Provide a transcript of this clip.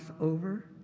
over